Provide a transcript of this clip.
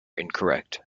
incorrect